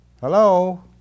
Hello